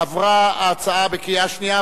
שעברה ההצעה בקריאה שנייה.